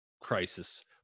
crisis